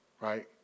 Right